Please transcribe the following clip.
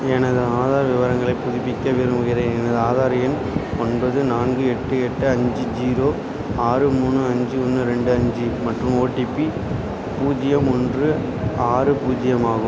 எனது ஆதார் விவரங்களை புதுப்பிக்க விரும்புகிறேன் எனது ஆதார் எண் ஒன்பது நான்கு எட்டு எட்டு அஞ்சு ஜீரோ ஆறு மூணு அஞ்சு ஒன்று ரெண்டு அஞ்சு மற்றும் ஓடிபி பூஜ்ஜியம் ஒன்று ஆறு பூஜ்ஜியம் ஆகும்